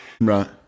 Right